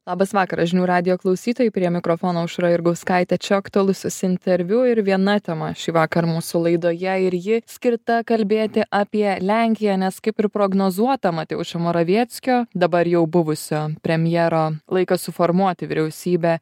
labas vakaras žinių radijo klausytojai prie mikrofono aušra jurgauskaitė čia aktualusis interviu ir viena tema šįvakar mūsų laidoje ir ji skirta kalbėti apie lenkiją nes kaip ir prognozuota mateušo moravieckio dabar jau buvusio premjero laikas suformuoti vyriausybę